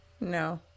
no